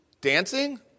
Dancing